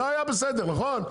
זה היה בסדר, נכון?